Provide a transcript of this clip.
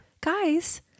Guys